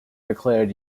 declared